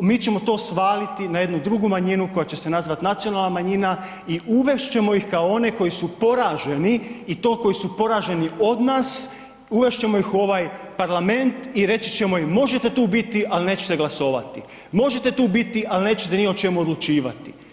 mi ćemo to svaliti na jednu drugu manjinu koja će se nazvati nacionalna manjina i uvest ćemo ih kao one koji su poraženi i to koji su poraženi od nas, uvest ćemo ih u ovaj Parlament i reći ćemo im možete tu biti, ali nećete glasovati, možete tu biti ali nećete ni o čemu odlučivati.